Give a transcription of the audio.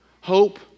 Hope